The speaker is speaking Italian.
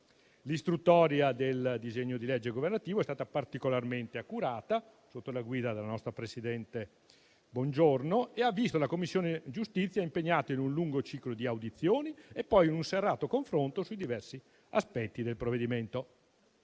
L'istruttoria del disegno di legge governativo è stata particolarmente accurata sotto la guida della nostra presidente Bongiorno e ha visto la Commissione giustizia impegnata in un lungo ciclo di audizioni e poi in un serrato confronto sui diversi aspetti del provvedimento.